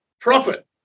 profit